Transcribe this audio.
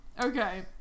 Okay